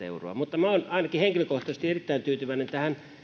euroa minä olen ainakin henkilökohtaisesti erittäin tyytyväinen tähän